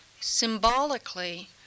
symbolically